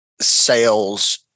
sales